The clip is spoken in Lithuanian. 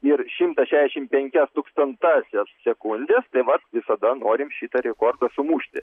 ir šimtą šešiasdešimt penkias tūkstantąsias sekundės tai vat visada norim šitą rekordą sumušti